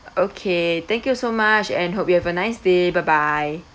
okay thank you so much and hope you have a nice day bye bye